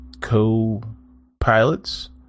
co-pilots